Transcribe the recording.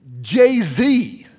Jay-Z